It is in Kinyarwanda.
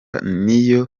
niyo